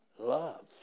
Love